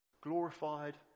Glorified